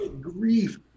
grief